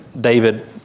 David